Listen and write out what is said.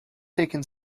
taken